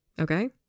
Okay